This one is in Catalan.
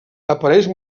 apareix